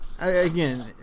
again